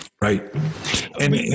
Right